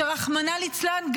שרחמנא ליצלן,